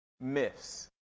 myths